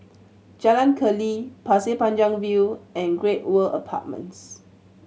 Jalan Keli Pasir Panjang View and Great World Apartments